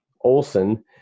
Olson